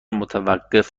متوقف